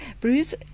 Bruce